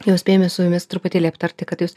jau spėjome su jumis truputėlį aptarti kad jūs